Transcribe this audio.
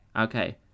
Okay